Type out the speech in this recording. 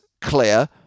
clear